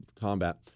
combat